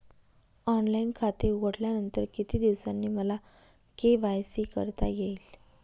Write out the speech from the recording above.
Online खाते उघडल्यानंतर किती दिवसांनी मला के.वाय.सी करता येईल?